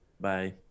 Bye